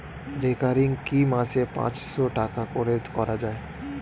Recurring কি মাসে পাঁচশ টাকা করে করা যায়?